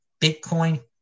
Bitcoin